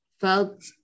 felt